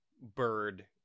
bird